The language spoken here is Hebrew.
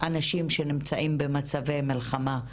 אנשים שנמצאים במצבי מלחמה,